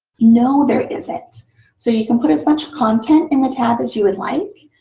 no, there isn't. so you can put as much content in the tab as you would like.